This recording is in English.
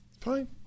Fine